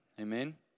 amen